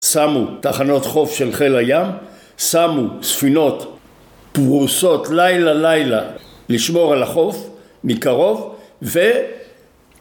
שמו תחנות חוף של חיל הים, שמו ספינות פרוסות לילה לילה לשמור על החוף מקרוב, ו...